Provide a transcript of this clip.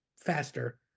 faster